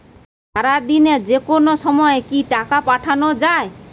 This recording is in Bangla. সারাদিনে যেকোনো সময় কি টাকা পাঠানো য়ায়?